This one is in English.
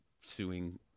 suing